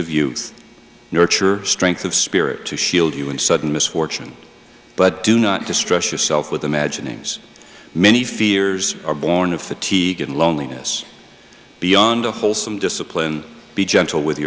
youth nurture strength of spirit to shield you in sudden misfortune but do not distress yourself with imaginings many fears are born of fatigue and loneliness beyond a wholesome discipline be gentle with